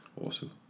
awesome